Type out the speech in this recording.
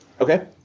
Okay